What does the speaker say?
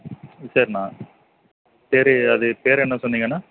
சரிண்ணா சரி அது பேர் என்ன சொன்னீங்கள் அண்ணா